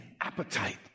appetite